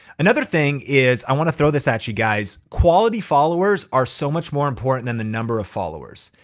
another thing is, i wanna throw this at you guys quality followers are so much more important than the number of followers.